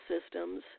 systems